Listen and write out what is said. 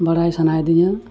ᱵᱟᱲᱟᱭ ᱥᱟᱱᱟᱭᱮᱫᱤᱧᱟ